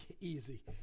easy